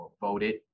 voted